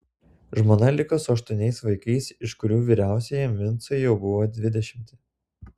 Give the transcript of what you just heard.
žmona liko su aštuoniais vaikais iš kurių vyriausiajam vincui jau buvo dvidešimti